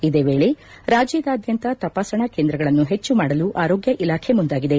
ಇದೇ ವೇಳೆ ರಾಜ್ಯದಾದ್ಯಂತ ತಪಾಸಣಾ ಕೇಂದ್ರಗಳನ್ನು ಹೆಚ್ಚು ಮಾಡಲು ಆರೋಗ್ಯ ಇಲಾಖೆ ಮುಂದಾಗಿದೆ